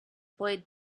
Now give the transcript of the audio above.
boy